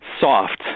soft